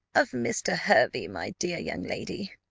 of mr. hervey, my dear young lady.